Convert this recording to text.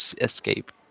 escape